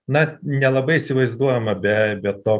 na nelabai įsivaizduojama be be to